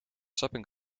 shopping